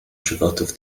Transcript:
żywotów